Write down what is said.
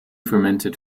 fermented